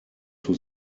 too